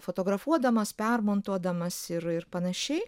fotografuodamas permontuodamas ir ir panašiai